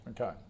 Okay